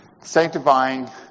Sanctifying